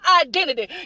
identity